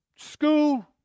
School